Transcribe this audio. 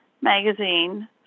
magazine